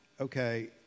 okay